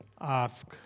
ask